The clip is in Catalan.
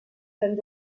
sant